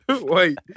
wait